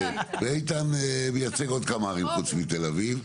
ואיתן מייצג עוד כמה ערים חוץ מתל אביב.